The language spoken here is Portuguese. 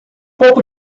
pouco